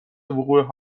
وقوع